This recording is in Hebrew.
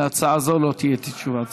להצעה זו לא תהיה תשובת שר.